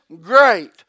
great